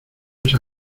esa